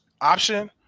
option